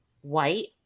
white